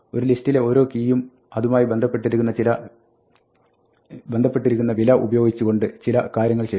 ഒരു ലിസ്റ്റിലെ ഓരോ കീയിലും അതുമായി ബന്ധപ്പെട്ടിരിക്കുന്ന വില ഉപയോഗിച്ചു കൊണ്ട് ചില കാര്യങ്ങൾ ചെയ്യുക